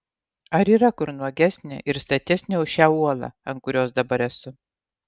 ar yra kur nuogesnė ir statesnė už šią uolą ant kurios dabar esu